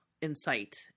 insight